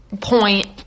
point